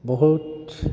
बुहुत